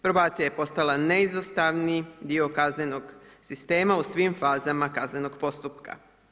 Probacija je postala neizostavni dio kaznenog sistema u svim fazama kaznenog postupka.